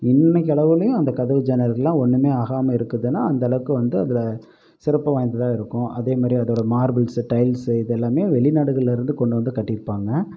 இன்றைக்கு அளவிலையும் அந்த கதவு ஜன்னல்களெலாம் ஒன்றுமே ஆகாமல் இருக்குதுன்னா அந்தளவுக்கு வந்து அதில் சிறப்பு வாய்ந்ததாக இருக்கும் அதேமாதிரி அதோடய மார்பிள்ஸு டைல்ஸு இது எல்லாமே வெளிநாடுகளிலேருந்து கொண்டு வந்து கட்டியிருப்பாங்க